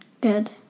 Good